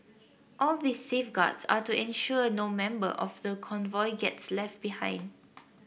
all these safeguards are to ensure no member of the convoy gets left behind